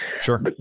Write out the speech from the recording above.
Sure